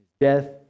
death